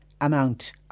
amount